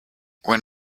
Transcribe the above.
when